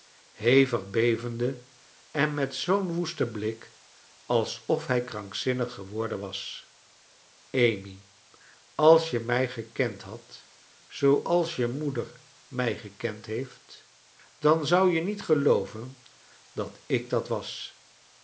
hevig bevende en met zoo'n woes ten blik als of hij krankzinnig geworden was amy als je mij gekend hadt zooals je moeder mij gekend heeft dan zou je niet geooven dat ik dat was